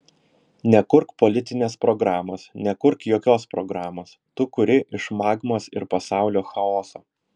nekurk politinės programos nekurk jokios programos tu kuri iš magmos ir pasaulio chaoso